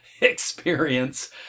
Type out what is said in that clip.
experience